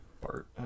Bart